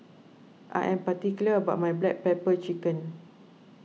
I am particular about my Black Pepper Chicken